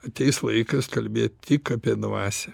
ateis laikas kalbėt tik apie dvasią